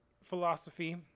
philosophy